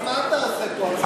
אז מה אתה עושה פה.